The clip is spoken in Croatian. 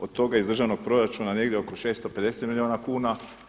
Od toga iz državnog proračuna negdje oko 650 milijuna kuna.